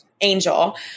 angel